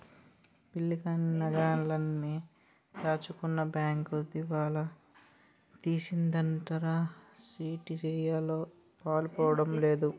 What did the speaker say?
పెళ్ళికని నగలన్నీ దాచుకున్న బేంకు దివాలా తీసిందటరా ఏటిసెయ్యాలో పాలుపోడం లేదు